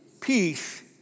Peace